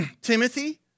Timothy